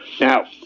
Now